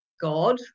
God